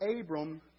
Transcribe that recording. Abram